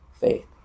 faith